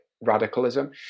radicalism